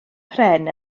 pren